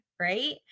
right